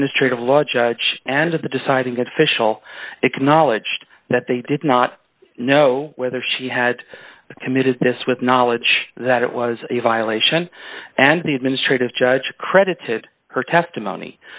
administrative law judge and of the deciding official acknowledged that they did not know whether she had committed this with knowledge that it was a violation and the administrative judge credited her testimony